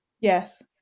yes